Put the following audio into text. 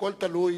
הכול תלוי